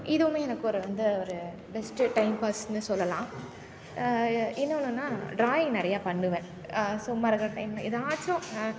இதுவுமே எனக்கு ஒரு வந்து ஒரு பெஸ்ட்டு டைம் பாஸ்னு சொல்லலாம் இன்னொன்று என்ன ட்ராயிங் நிறையா பண்ணுவேன் சும்மா இருக்க டைம் எதாச்சும்